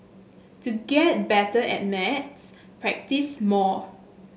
to get better at maths practise more